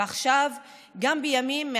ועכשיו גם בימים.